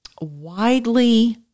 widely